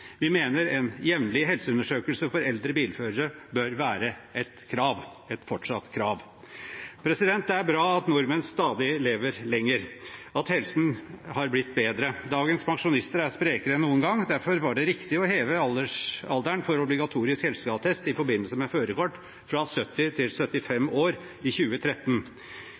Vi mener jevnlig helseundersøkelse for eldre bilførere bør være et krav, et fortsatt krav. Det er bra at nordmenn lever stadig lenger, og at helsen har blitt bedre. Dagens pensjonister er sprekere enn noen gang, derfor var det riktig å heve alderen for obligatorisk helseattest i forbindelse med førerkort fra 70 til 75 år i 2013.